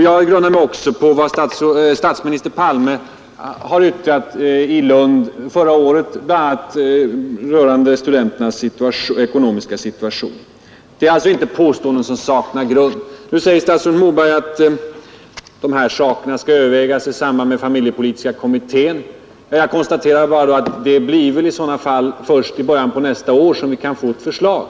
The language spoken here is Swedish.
Jag grundar också min uppfattning på vad statsminister Palme har yttrat i Lund förra året, bl.a. rörande studenternas ekonomiska situation. Mina påståenden saknar alltså inte grund. Nu sade statsrådet Moberg att de här sakerna skall övervägas av familjepolitiska kommittén. Jag konstaterar då att det väl i så fall blir först i början av nästa år som vi kan få ett förslag.